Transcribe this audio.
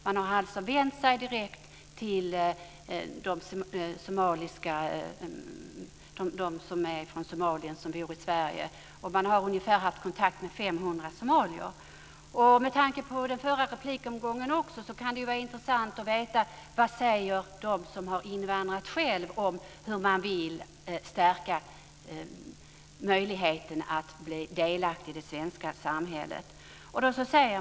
Man har alltså vänt sig direkt till de somalier som bor i Sverige. Man har haft kontakt med ungefär Också med tanke på den förra replikomgången kan det vara intressant att veta vad de som själva har invandrat säger om hur man vill stärka möjligheten att bli delaktig i det svenska samhället.